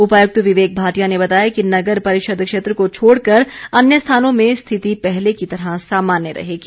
उपायुक्त विवेक भाटिया ने बताया कि नगर परिषद क्षेत्र को छोड़कर अन्य स्थानों में स्थिति पहले की तरह सामान्य रहेगी